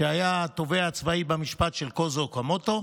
שהיה התובע הצבאי במשפט של קוזו אוקמוטו,